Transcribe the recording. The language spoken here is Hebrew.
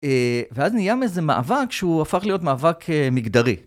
ואז נהייה מעין איזה מאבק שהוא הפך להיות מאבק מגדרי.